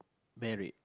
married